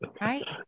right